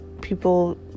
people